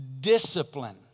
Discipline